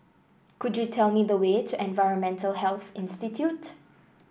could you tell me the way to Environmental Health Institute